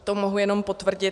To mohu jenom potvrdit.